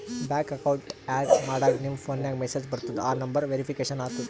bank account add ಮಾಡಾಗ್ ನಿಮ್ ಫೋನ್ಗ ಮೆಸೇಜ್ ಬರ್ತುದ್ ಆ ನಂಬರ್ ವೇರಿಫಿಕೇಷನ್ ಆತುದ್